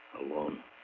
alone